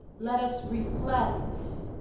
let us reflect,